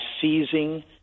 seizing